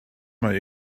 mae